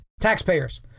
taxpayers